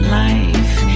life